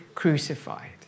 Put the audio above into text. crucified